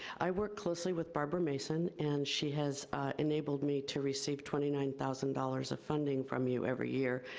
i work closely with barbara mason, and she has enabled me to receive twenty nine thousand dollars of funding from you every year.